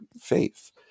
faith